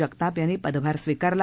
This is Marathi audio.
जगतापयांनी पदभार स्वीकारला